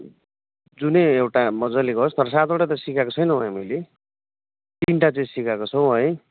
जुनै एउटा मजा वाटै त सिकाको छैनौँ होला हामीले तिनवटा चाहिँ सिकाएको छौँ है